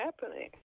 happening